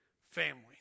family